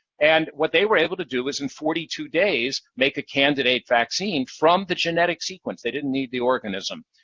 and what they were able to do was, in forty two days, make a candidate vaccine from the genetic sequence. they didn't need the organism.